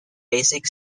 basic